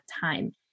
time